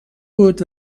بود